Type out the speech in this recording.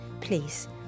please